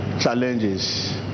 challenges